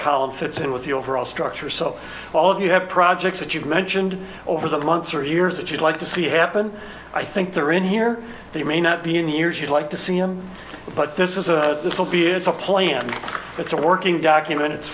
column fits in with the overall structure so all of you have projects that you've mentioned over the lunts or years that you'd like to see happen i think they're in here they may not be in years you'd like to see in it but this is a this will be it's a plan it's a working document it's